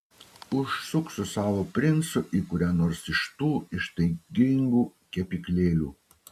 užsuk su savo princu į kurią nors iš tų ištaigingų kepyklėlių